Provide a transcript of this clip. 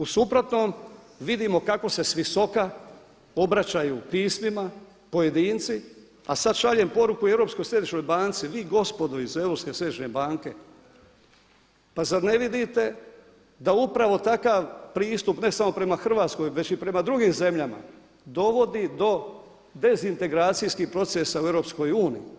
U suprotnom vidimo kako se svisoka obraćaju pismima pojedinci a sad šaljem poruku i Europskoj središnjoj banci vi gospodo iz Europske središnje banke pa zar ne vidite da upravo takav pristup ne samo prema Hrvatskoj već i prema drugim zemljama dovodi do dezintegracijskih procesa u EU.